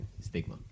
stigma